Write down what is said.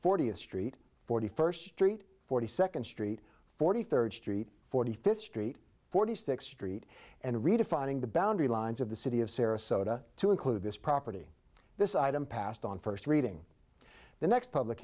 fortieth street forty first street forty second street forty third street forty fifth street forty six st and redefining the boundary lines of the city of sarasota to include this property this item passed on first reading the next public